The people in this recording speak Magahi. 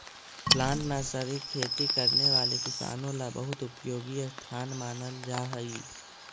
प्लांट नर्सरी खेती करने वाले किसानों ला बहुत उपयोगी स्थान मानल जा हई